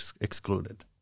excluded